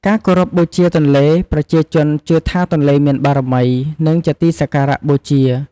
ការគោរពបូជាទន្លេ ប្រជាជនជឿថាទន្លេមានបារមី និងជាទីសក្ការៈបូជា។